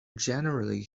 generally